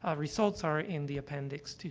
ah results are in the appendix,